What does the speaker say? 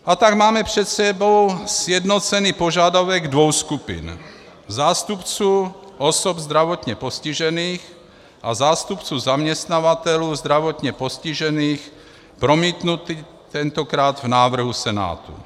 A tak máme před sebou sjednocený požadavek dvou skupin zástupců osob zdravotně postižených a zástupců zaměstnavatelů zdravotně postižených promítnutý tentokrát v návrhu Senátu.